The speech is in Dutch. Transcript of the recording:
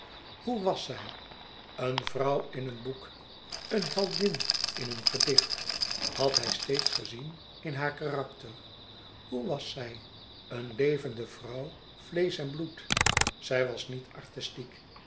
hoe was zij een vrouw in een boek een heldin in een gedicht had hij steeds gezien in haar karakter hoe was zij een levende vrouw vleesch en bloed zij was niet artistiek